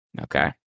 Okay